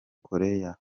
korea